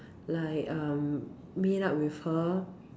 like um meet up with her